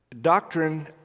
doctrine